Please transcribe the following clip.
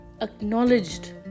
acknowledged